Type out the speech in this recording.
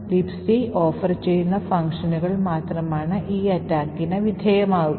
Libc offer ചെയ്യുന്ന ഫംഗ്ഷനുകൾ മാത്രമാണ് ആണ് ഈ അറ്റാക്കിന് വിധേയമാവുക